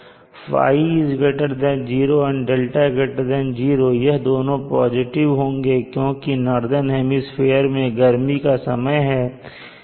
ϕ0 और δ 0 यह दोनों पॉजिटिव होंगे क्योंकि नॉर्दन हेमिस्फीयर में गर्मी का समय होगा